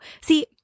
See